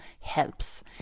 helps